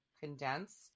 condense